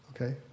okay